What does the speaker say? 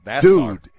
dude